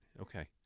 Okay